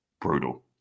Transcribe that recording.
brutal